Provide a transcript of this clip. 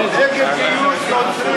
אני נגד גיוס נוצרים לצבא הכיבוש,